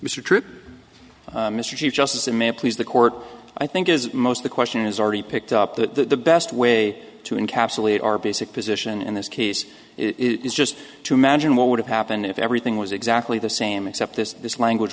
mr tripp mr chief justice it may please the court i think is most of the question is already picked up the best way to encapsulate our basic position in this case it is just to imagine what would have happened if everything was exactly the same except this this language